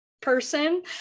person